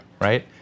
right